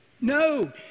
No